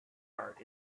art